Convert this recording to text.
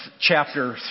chapter